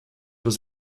was